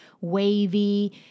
wavy